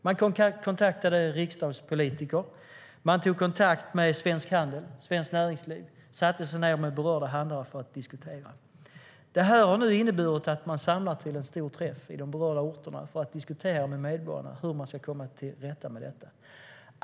Man kontaktade riksdagspolitiker, Svensk Handel, Svenskt Näringsliv och satte sig ned med berörda handlare för att diskutera. Det här har inneburit att man nu samlar till en stor träff i de berörda orterna för att diskutera med medborgarna om hur man ska komma till rätta med detta.